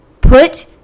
put